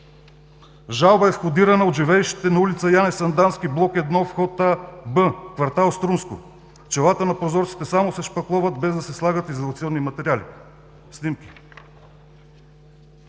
Жалба е входирана от живеещите на ул. „Яне Сандански“, бл. 1, вх. „Б“, квартал „Струмско“ – челата на прозорците само се шпакловат без да се слагат изолационни материали